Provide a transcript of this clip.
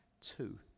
two